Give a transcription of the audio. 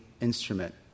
instrument